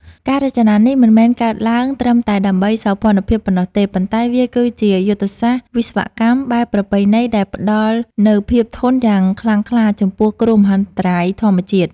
ការរចនានេះមិនមែនកើតឡើងត្រឹមតែដើម្បីសោភ័ណភាពប៉ុណ្ណោះទេ ប៉ុន្តែវាគឺជាយុទ្ធសាស្ត្រវិស្វកម្មបែបប្រពៃណីដែលផ្តល់នូវភាពធន់យ៉ាងខ្លាំងក្លាចំពោះគ្រោះមហន្តរាយធម្មជាតិ។